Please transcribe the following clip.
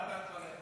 מה אתה מתפלא?